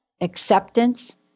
acceptance